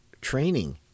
training